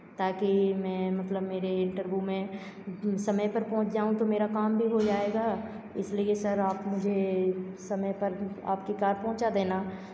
ताकि मैं मतलब मेरे इंटरव्यू में समय पर पहुँच जाऊं तो मेरा काम भी हो जाएगा इसलिए सर आप मुझे समय पर आपकी कार पहुँचा देना